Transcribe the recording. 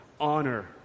honor